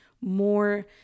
more